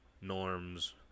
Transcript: Norm's